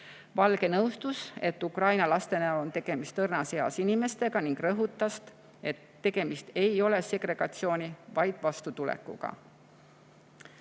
Valge nõustus, et Ukraina laste näol on tegemist õrnas eas inimestega, ning rõhutas, et tegemist ei ole segregatsiooni, vaid vastutulekuga.